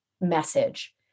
message